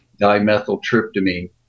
dimethyltryptamine